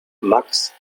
max